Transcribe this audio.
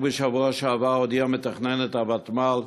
רק בשבוע שעבר הודיעה מתכננת הוותמ"ל